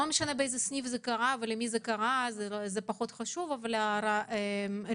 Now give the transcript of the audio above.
זה פחות משנה למי זה קרה ובאיזה סניף,